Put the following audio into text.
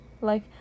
Like-